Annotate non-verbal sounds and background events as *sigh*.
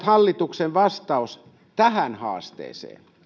*unintelligible* hallituksen vastaus tähän haasteeseen